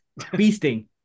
beasting